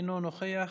אינו נוכח,